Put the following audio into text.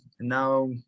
now